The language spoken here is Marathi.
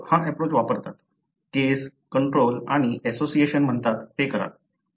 लोक हा एप्रोच वापरतात केस कंट्रोल आणि असोसिएशन म्हणतात ते करा